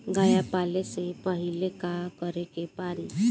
गया पाले से पहिले का करे के पारी?